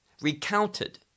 recounted